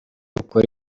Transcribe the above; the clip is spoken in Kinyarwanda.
ukora